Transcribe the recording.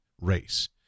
race